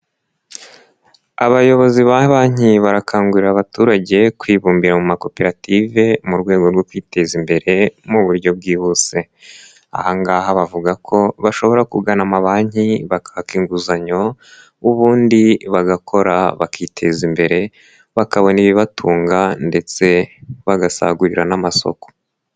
Abayobozi ba Banki barakangurira abaturage kwibumbira mu makoperative, mu rwego rwo kwiteza imbere, mu buryo bwihuse. Aha ngaha bavuga ko bashobora kugana amabanki bakaka inguzanyo, ubundi bagakora bakiteza imbere, bakabona ibibatunga ndetse bagasagurira n'amasoko.